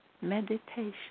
meditation